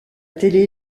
télé